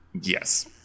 Yes